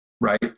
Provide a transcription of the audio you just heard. right